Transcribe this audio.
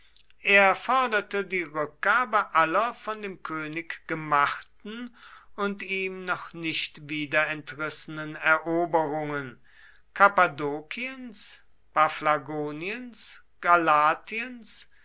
er forderte die rückgabe aller von dem könig gemachten und ihm noch nicht wiederentrissenen eroberungen kappadokiens paphlagoniens